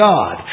God